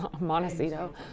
Montecito